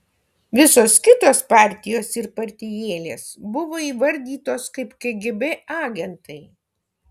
visos kitos partijos ir partijėlės buvo įvardytos kaip kgb agentai